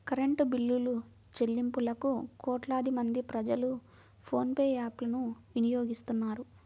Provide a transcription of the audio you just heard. current బిల్లులుచెల్లింపులకు కోట్లాది మంది ప్రజలు ఫోన్ పే యాప్ ను వినియోగిస్తున్నారు